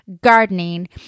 gardening